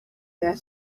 their